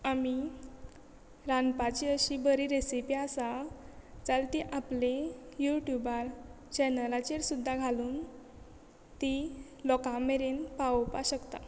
आमी रांदपाची अशी बरी रेसिपी आसा जाल्यार ती आपली यू ट्यूबार चॅनलाचेर सुद्दां घालून ती लोकां मेरेन पावोवपाक शकता